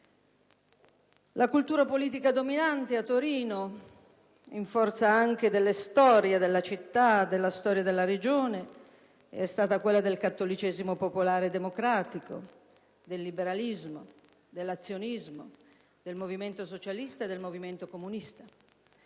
Lacultura politica dominante a Torino, anche in forza della storia della città e della Regione, è stata quella del cattolicesimo popolare e democratico, del liberalismo, dell'azionismo, del movimento socialista e comunista.